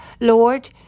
Lord